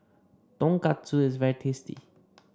tonkatsu is very tasty